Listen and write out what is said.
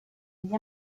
agli